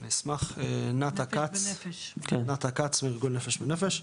אני אשמח, נטע כץ מארגון "נפש בנפש".